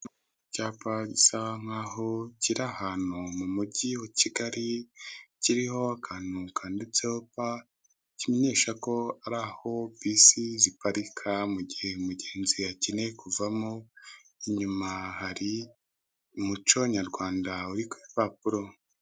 Icyapa gisa nkaho kiri ahantu mu mugi wa Kigali, kiriho akantu kanditseho pa, kimenyesha ko ari aho bisi ziparika mu gihe umugenzi akeneye kuvamo. Inyuma hari umuco nyarwanda uri ku bipapuro.